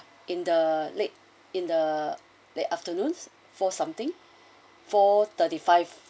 in the late in the late afternoons four something four thirty five